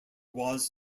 was